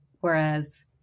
whereas